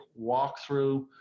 walkthrough